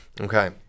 Okay